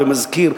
ומזכיר,